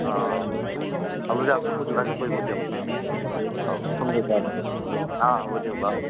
অ হ'ব দিয়ক আপুনি মোক যোগাযোগ কৰিব দিয়ক ফোন কৰিম বাৰু আপোনাক আ হ'ব দিয়ক অ